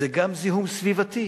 זה גם זיהום סביבתי